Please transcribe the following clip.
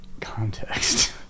context